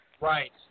Right